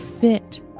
fit